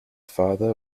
father